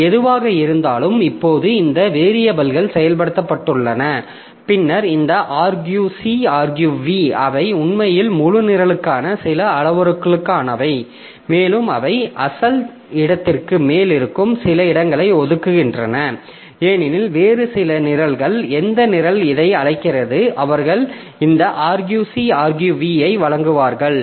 அது எதுவாக இருந்தாலும் இப்போது இந்த வேரியபில்கள் செயல்படுத்தப்பட்டுள்ளன பின்னர் இந்த argc agrv அவை உண்மையில் முழு நிரலுக்கான சில அளவுருக்களுக்கானவை மேலும் அவை அசல் இடத்திற்கு மேல் இருக்கும் சில இடங்களை ஒதுக்குகின்றன ஏனெனில் வேறு சில நிரல்கள் எந்த நிரல் இதை அழைக்கிறது அவர்கள் இந்த argc agrv ஐ வழங்குவார்கள்